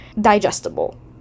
digestible